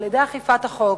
על-ידי אכיפת החוק,